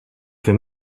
fais